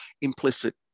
implicit